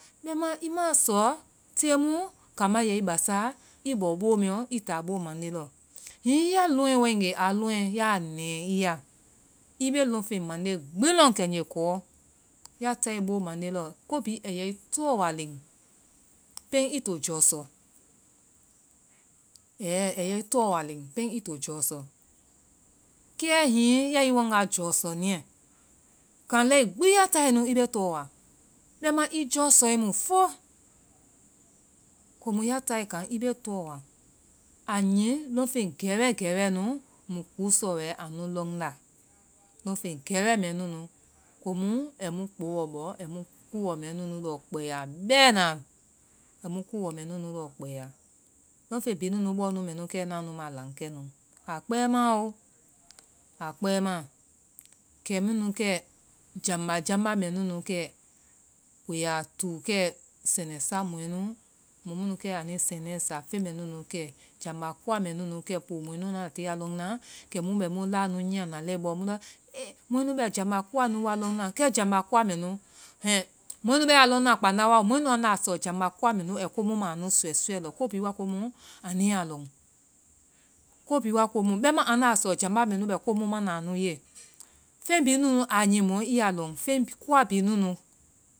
Bɛimaa, i maa sɔ tee mu kamba yɛi basaa, i bɔ boo mɛɛɔ, i taa boo mande lɔ. hihi ya lɔŋɛ waegee yaa nɛily a i bee lɔnfen mande gbi lɔn kɛgee kɔɔ. ya taae boo mande lɔ, ko bihi aiyei tɔɔwa len. pɛn i to jɔɔsɔ. ɛɛ-ɛhɛ, a yɛi t ɔɔa len. pɛn i to jɔɔsiɔ. kɛ hihi va i wanga jɔɔsɔ, niɛ, kan lɛi gbi ya taa e nu i bee tɔɔa. bɛimaa i jɔɔsɔe mu fo. komu ya tage kan, i bee tɔɔa, a nyi, lɔnfen gɛwɛɛ gɛɛwɛ nu, mui kuusɔa wɛ anu lɔnda. lɔnfeŋ gɛwɛa mɛɛ nunu. komu ai mu kpooɔ bɔ, ai mu kuuɔ mɛɛ nunu lɔ kpɛɛya bɛɛna, ai mu kukuɔ mɛɛ nunu lɔ kpɛɛya, lɔnfen bihi nunu mɛ nukɛ ŋnaa nu bɔɔ nu ma lan kɛ nu. kɛ a pɛɛmmaa-o, a kpɛɛmaa, kɛ nunu kɛ, jamba jamba mɛa nunu kɛ, woyaa tuu kɛ sɛnɛ sa mɔɛ nu, sɛnɛ sa mɔɔ mu nu kɛ. Jamba kuwa mɛɛ nunu kɛ, poo mɔɛ nu anda tie anu lɔnna, kɛmu bɛmu laanu nyiyana lɛi bɔɔ mu lɔ, mɔɛ bɛ jamba kuwanu wa lɔnna, kɛ jamba kuwamɛnu hɛŋɛ, mɔɛ bee a lɔnna, kpanda wao, mɔɛ nu andaa sɔ jamba kuwa mɛnu. Ai komu ma anu saya sayɛɛ iɔ ko bihi waa komu anuyaa lɔ, ko bihi waa komu bɛima andaa sɔ jamba bihi bɛ komu mana anu ye. fen bihinunu a nyi mɔ i yaa lɔn. fen kuwa bihi nunu